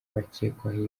bakekwaho